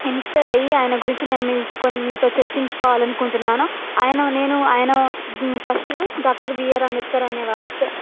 inspire అయి ఆయన గురించి నేను మీ కొన్ని మీతో చర్చించుకోవాలి అనుకుంటున్నాను ఆయన నేను ఆయన ఫస్టు డాక్టర్ బీఆర్ అంబేద్కర్ అనేవాడు పె